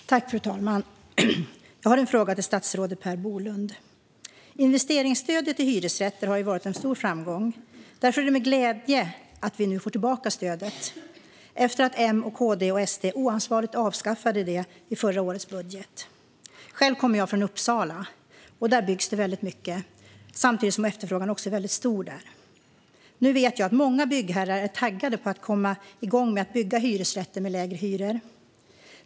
Fru talman! Jag har en fråga till statsrådet Per Bolund. Investeringsstödet till hyresrätter har ju varit en stor framgång. Därför är det glädjande att vi nu får tillbaka stödet efter att M, KD och SD på ett oansvarigt sätt avskaffade det i förra årets budget. Själv kommer jag från Uppsala. Där byggs det väldigt mycket, samtidigt som efterfrågan också är väldigt stor. Nu vet jag att många av byggherrarna är taggade på att komma igång med att bygga hyresrätter med lägre hyror.